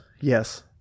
Yes